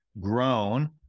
grown